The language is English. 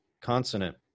consonant